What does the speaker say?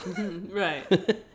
Right